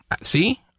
See